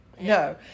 No